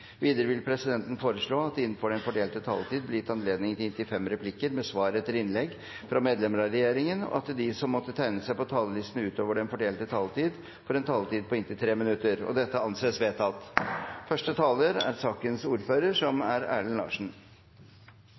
Videre vil presidenten foreslå at det – innenfor den fordelte taletid – blir gitt anledning til inntil fem replikker med svar etter innlegg fra medlemmer av regjeringen, og at de som måtte tegne seg på talerlisten utover den fordelte taletid, får en taletid på inntil 3 minutter. – Det anses vedtatt. Det har vært lærerikt og interessant å være saksordfører for min første